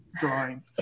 drawing